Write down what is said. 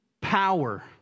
power